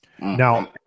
Now